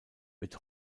wird